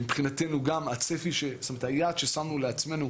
מבחינתנו היעד ששמנו לעצמנו,